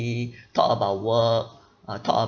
talk about work uh talk